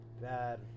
Bad